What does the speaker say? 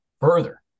further